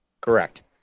Correct